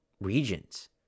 regions